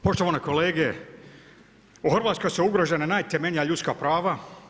Poštovani kolege, u Hrvatskoj su ugrožene najtemeljnija ljudska prava.